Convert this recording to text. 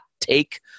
take